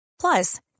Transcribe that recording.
Plus